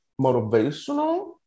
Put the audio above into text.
motivational